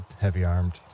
heavy-armed